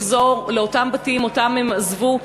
לחזור לאותם בתים שהן עזבו,